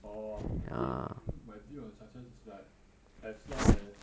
orh I think my view on success is like as long as